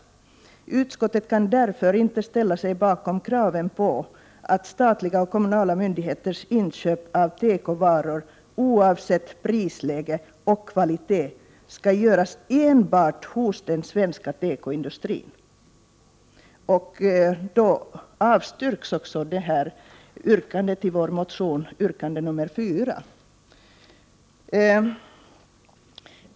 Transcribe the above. Utskottet kan därför inte ställa sig bakom kraven på att statliga och kommunala myndigheters inköp av tekovaror oavsett prisläge och kvalitet skall göras enbart hos den svenska tekoindustrin.” Utskottet avstyrker också yrkande 4 i vår motion.